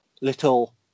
Little